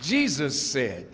jesus said